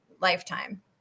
lifetime